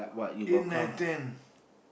in listen